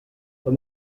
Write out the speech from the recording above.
what